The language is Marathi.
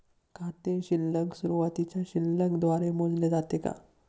खाते शिल्लक सुरुवातीच्या शिल्लक द्वारे मोजले जाते का?